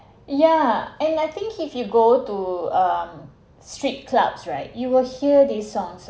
yeah and I think if you go to um strip clubs right you will hear these songs